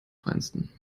feinsten